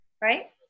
Right